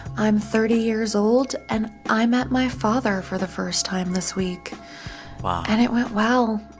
i'm thirty years old, and i met my father for the first time this week wow and it went well.